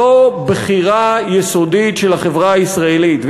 זו בחירה יסודית של החברה הישראלית,